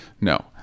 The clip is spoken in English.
no